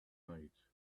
night